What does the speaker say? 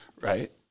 Right